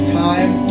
time